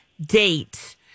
date